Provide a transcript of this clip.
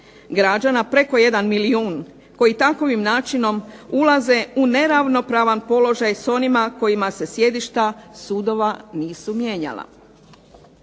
građana, preko 1 milijun koji takovim načinom ulaze u neravnopravan položaj s onima kojima se sjedišta sudova nisu mijenjala.